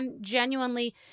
genuinely